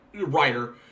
writer